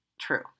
true